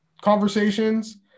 conversations